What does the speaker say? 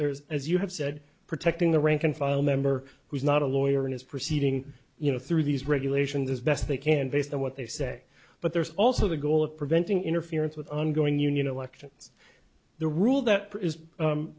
there is as you have said protecting the rank and file member who is not a lawyer and is proceeding you know through these regulations as best they can based on what they say but there's also the goal of preventing interference with ongoing union elections the rule that is